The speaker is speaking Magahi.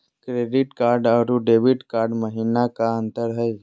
क्रेडिट कार्ड अरू डेबिट कार्ड महिना का अंतर हई?